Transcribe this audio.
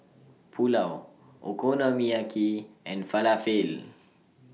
Pulao Okonomiyaki and Falafel